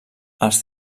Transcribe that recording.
els